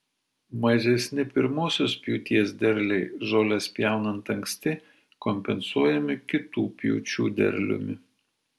mažesni pirmosios pjūties derliai žoles pjaunant anksti kompensuojami kitų pjūčių derliumi